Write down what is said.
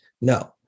No